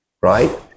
right